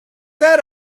that